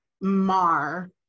mar